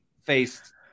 faced